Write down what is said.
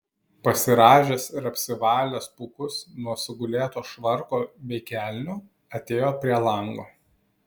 pasirąžęs ir apsivalęs pūkus nuo sugulėto švarko bei kelnių atėjo prie lango